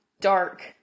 dark